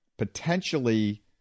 potentially